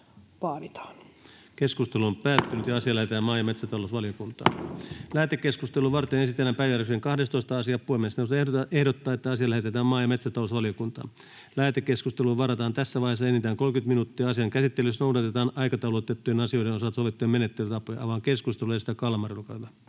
eduskunnalle laiksi kasvinterveyslain muuttamisesta Time: N/A Content: Lähetekeskustelua varten esitellään päiväjärjestyksen 12. asia. Puhemiesneuvosto ehdottaa, että asia lähetetään maa- ja metsätalousvaliokuntaan. Lähetekeskusteluun varataan tässä vaiheessa enintään 30 minuuttia. Asian käsittelyssä noudatetaan aikataulutettujen asioiden osalta sovittuja menettelytapoja. — Avaan keskustelun. Edustaja Kalmari, olkaa